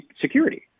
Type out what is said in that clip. security